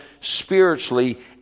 spiritually